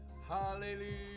Hallelujah